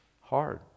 hard